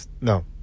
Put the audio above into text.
No